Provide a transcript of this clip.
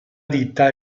ditta